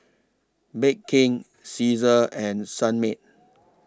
Bake King Cesar and Sunmaid